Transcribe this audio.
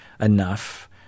enough